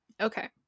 Okay